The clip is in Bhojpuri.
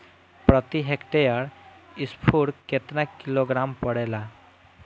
प्रति हेक्टेयर स्फूर केतना किलोग्राम पड़ेला?